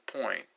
point